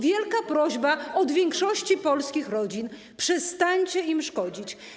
Wielka prośba od większości polskich rodzin: przestańcie im szkodzić.